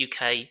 UK